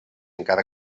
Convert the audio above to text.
encara